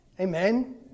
Amen